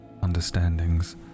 understandings